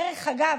דרך אגב,